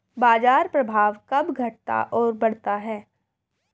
बाजार प्रभाव कब घटता और बढ़ता है?